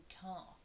car